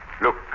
Look